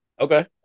Okay